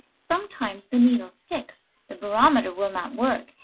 sometimes the needle sticks, the barometer will not work,